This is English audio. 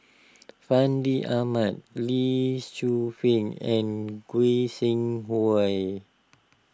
Fandi Ahmad Lee Shu Fen and Goi Seng Hui